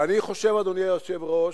ואני חושב, אדוני היושב-ראש,